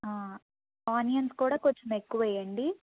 onions కూడా కొంచెం ఎక్కువ వేయండి